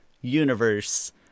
universe